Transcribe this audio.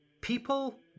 people